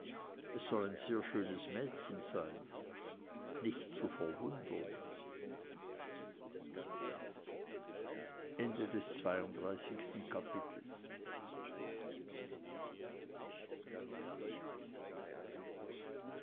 es soll ein sehr schönes mädchen sein nicht zu verwundern dreiunddreißigstes kapitel